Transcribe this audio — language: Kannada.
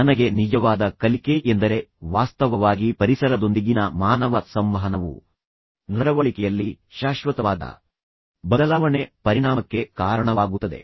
ನನಗೆ ನಿಜವಾದ ಕಲಿಕೆ ಎಂದರೆ ವಾಸ್ತವವಾಗಿ ಪರಿಸರದೊಂದಿಗಿನ ಮಾನವ ಸಂವಹನವು ನಡವಳಿಕೆಯಲ್ಲಿ ಶಾಶ್ವತವಾದ ಬದಲಾವಣೆ ಪರಿಣಾಮಕ್ಕೆ ಕಾರಣವಾಗುತ್ತದೆ